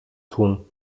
tun